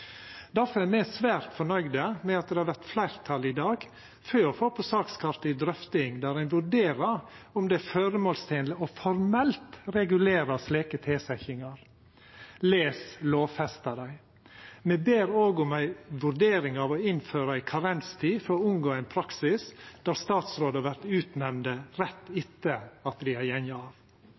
er me svært fornøgde med at det i dag vert fleirtal for å få på sakskartet ei drøfting der ein vurderer om det er føremålstenleg formelt å regulera slike tilsetjingar, les: lovfesta dei. Me ber òg om ei vurdering av å innføra ei karenstid for å unngå ein praksis der statsrådar vert utnemnde rett etter at dei